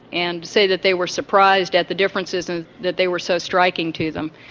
and say that they were surprised at the differences and that they were so striking to them.